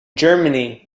germany